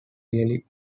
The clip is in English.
really